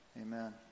Amen